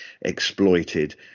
exploited